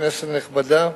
כנסת נכבדה,